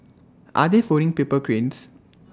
are they folding paper cranes